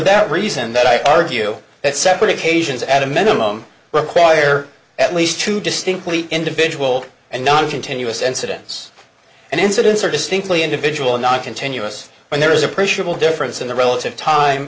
that reason that i argue that separate occasions at a minimum require at least two distinctly individual and non continuous and siddons and incidents are distinctly individual not continuous when there is appreciable difference in the relative time